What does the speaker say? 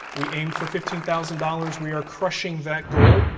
we aimed for fifteen thousand dollars, we are crushing that goal.